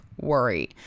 worry